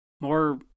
more